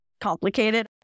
complicated